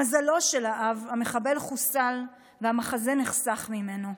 למזלו של האב, המחבל חוסל, והמחזה נחסך ממנו.